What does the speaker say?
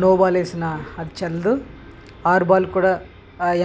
no ball వేసినా అది చెల్లదు ఆరు బాళ్ళు కూడా